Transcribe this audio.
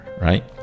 right